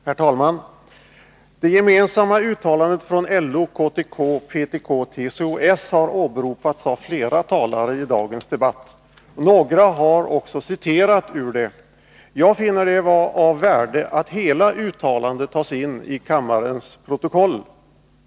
Herr talman! Det gemensamma uttalandet från LO, KTK, PTK och TCO-S har åberopats av flera talare i dagens debatt. Några har även citerat ur det. Jag finner det vara av värde att hela detta uttalande tas in i kammarens protokoll.